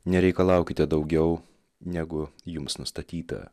nereikalaukite daugiau negu jums nustatyta